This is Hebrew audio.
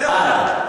אתה יכול להגיד לי?